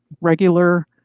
regular